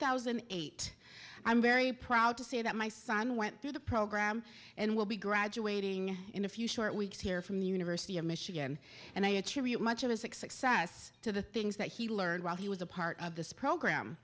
thousand and eight i'm very proud to say that my son went through the program and will be graduating in a few short weeks here from the university of michigan and i attribute much of his success to the things that he learned while he was a part of this